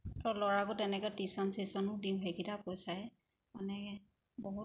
আকৌ ল'ৰাকো তেনেকৈ টিউশ্যন চিউশ্যনো দিওঁ সেইকেইটা পইচায়ে মানে বহুত